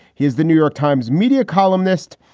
he is the new york times media columnist.